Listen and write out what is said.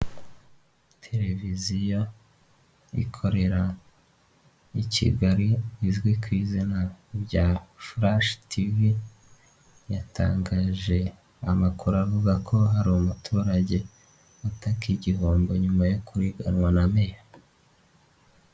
Televiziyo ikorera i Kigali izwi ku izina rya Furashe tivi yatangaje amakuru avuga ko hari umuturage utaka igihombo nyuma yo kuriganywa na meya.